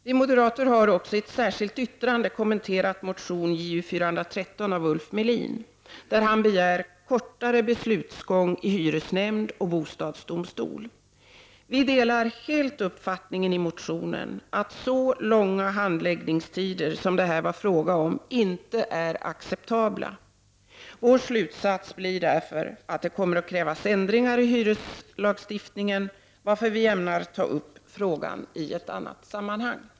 Vi moderater har också i ett särskilt yttrande kommenterat motion Ju413 av Ulf Melin, där han begär kortare beslutsgång i hyresnämnd och bostadsdomstol. Vi delar helt uppfattningen i motionen att så långa handläggningstider som det här är fråga om inte är acceptabla. Vår slutsats är att det kommer att krävas ändringar i hyreslagstiftningen, varför vi ämnar ta upp frågan i ett annat sammanhang.